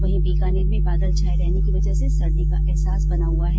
वहीं बीकानेर में बादल छाये रहने की वजह से सर्दी का अहसास बना हुआ है